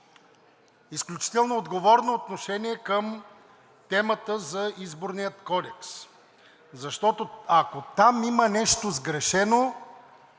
изключително отговорно отношение към темата за Изборния кодекс, защото, ако там има нещо сгрешено,